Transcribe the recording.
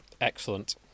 Excellent